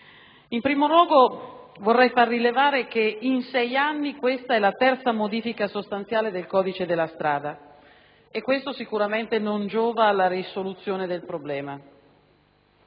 Innanzi tutto, vorrei far rilevare che in sei anni questa è la terza modifica sostanziale del codice della strada e questo sicuramente non giova alla risoluzione del problema,